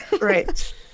Right